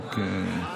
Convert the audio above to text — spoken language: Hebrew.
לחוק עכשיו.